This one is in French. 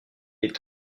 est